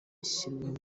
ishyirwaho